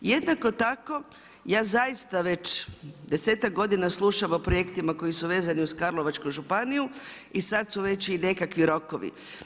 Jednako tako ja zaista već desetak godina slušam o projektima koji su vezani uz karlovačku županiju, i sad su veći nekakvi rokovi.